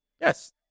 Yes